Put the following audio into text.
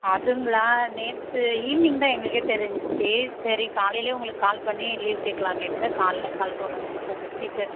அதுங்களா நேற்று ஈவினிங் தான் எங்களுக்கே தெரிஞ்சிச்சு சரி காலையில் உங்களுக்கு கால் பண்ணி லீவ் கேட்கலாமேட்டு தான் காலையில் கால் பண்ணிணோம் சார் டீச்சர்